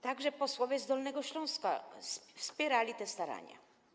Także posłowie z Dolnego Śląska wspierali te starania.